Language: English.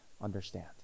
understand